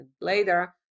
Later